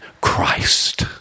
Christ